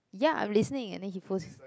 ya I'm listening and then he folds